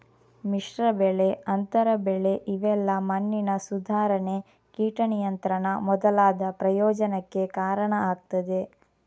ಮಿಶ್ರ ಬೆಳೆ, ಅಂತರ ಬೆಳೆ ಇವೆಲ್ಲಾ ಮಣ್ಣಿನ ಸುಧಾರಣೆ, ಕೀಟ ನಿಯಂತ್ರಣ ಮೊದಲಾದ ಪ್ರಯೋಜನಕ್ಕೆ ಕಾರಣ ಆಗ್ತದೆ